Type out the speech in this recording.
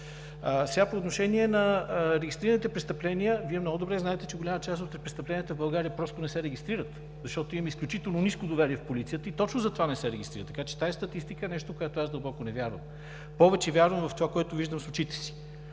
мой. По отношение на регистрираните престъпления – Вие много добре знаете, че голяма част от престъпленията в България просто не се регистрират, защото имаме изключително ниско доверие в полицията и точно затова не се регистрират, така че тази статистика е нещо, в което аз дълбоко не вярвам. Повече вярвам в това, което виждам с очите си.